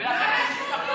אינה נוכחת.